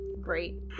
Great